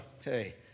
hey